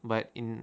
but in